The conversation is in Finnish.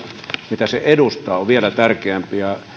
mitä se edustaa on vielä tärkeämpi